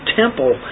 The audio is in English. temple